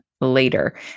later